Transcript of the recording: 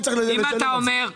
אם אתה אומר: